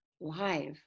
live